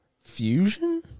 Fusion